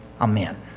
Amen